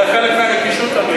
אדוני, זה היה חלק מהנגישות.